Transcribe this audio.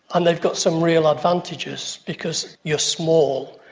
and they've got some real advantages because you're small,